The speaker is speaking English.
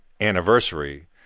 anniversary